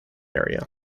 area